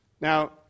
Now